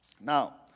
Now